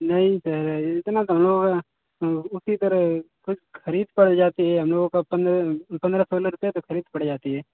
नहीं सर इतना कहाँ होगा उसी तरह कुल खरीद पड़ जाती हैं हम लोगों का पंद्रह पंद्रह सोलह रुपये तो खरीद पड़ जाती है